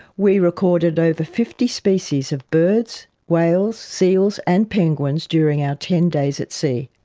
we recorded over fifty species of birds, whales, seals and penguins during our ten days at sea.